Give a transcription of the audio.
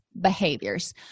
behaviors